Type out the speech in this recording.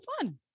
fun